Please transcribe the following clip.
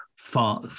Far